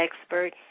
expert